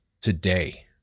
today